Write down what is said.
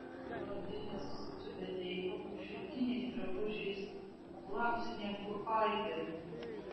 blondinės su tiubeteikom šilkiniais drabužiais atlasinėm kurpaitėm